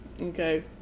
Okay